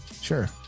sure